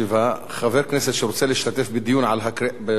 חבר כנסת שרוצה להשתתף בדיון בקריאה ראשונה